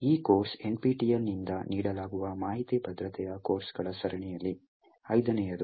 ಈ course NPTEL ನಿಂದ ನೀಡಲಾಗುವ ಮಾಹಿತಿ ಭದ್ರತೆಯ ಕೋರ್ಸ್ಗಳ ಸರಣಿಯಲ್ಲಿ ಐದನೇಯದು